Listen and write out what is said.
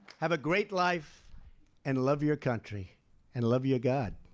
have a great life and love your country and love your god,